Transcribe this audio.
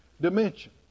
dimension